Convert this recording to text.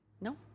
No